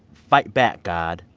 fight back, god.